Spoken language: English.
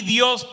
Dios